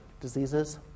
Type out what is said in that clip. diseases